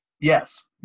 Yes